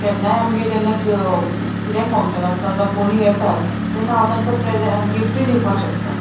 केन्नाय आमगेर जेन्ना कितें फंक्शन आसता जावं कोणूय येतात तेन्ना हांव तांकां प्रेजेंट गिफ्टूय दिवपाक शकता